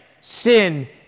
sin